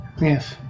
Yes